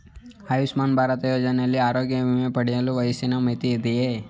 ಆಯುಷ್ಮಾನ್ ಭಾರತ್ ಯೋಜನೆಯಲ್ಲಿ ಆರೋಗ್ಯ ವಿಮೆ ಪಡೆಯಲು ವಯಸ್ಸಿನ ಮಿತಿ ಇದೆಯಾ?